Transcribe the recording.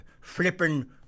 flippin